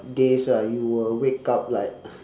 days ah you will wake up like